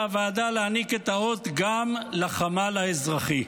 הוועדה להעניק את האות גם לחמ"ל האזרחי.